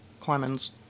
Clemens